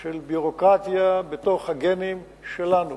של ביורוקרטיה בתוך הגנים שלנו